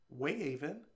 Wayhaven